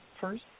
first